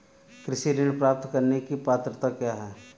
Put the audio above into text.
कृषि ऋण प्राप्त करने की पात्रता क्या है?